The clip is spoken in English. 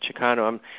Chicano